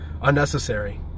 unnecessary